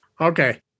Okay